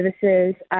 Services